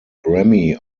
grammy